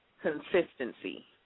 Consistency